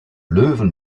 löwen